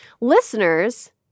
Listeners